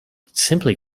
simply